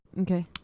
Okay